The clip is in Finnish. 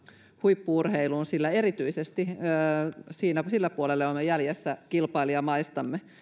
huippu urheiluun sillä erityisesti sillä puolella olemme jäljessä kilpailijamaitamme